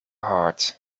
heart